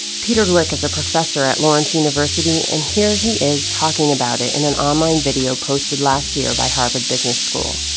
peter glick is a professor at lawrence university and here he is talking about it in an online video posted last year by harvard business school.